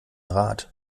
rat